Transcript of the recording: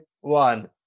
one